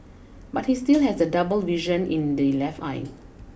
but he still has double vision in the left eye